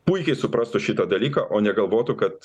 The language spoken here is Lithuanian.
puikiai suprastų šitą dalyką o negalvotų kad